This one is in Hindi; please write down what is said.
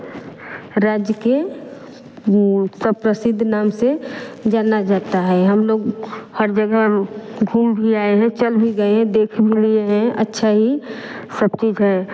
राज्य के सब प्रसिद्ध नाम से जाना जाता है हम लोग हर जगह घूम भी आए हैं चल भी गए हैं देख भी लिये हैं अच्छा ही सब चीज़ है